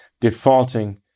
defaulting